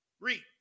Read